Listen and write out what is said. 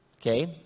Okay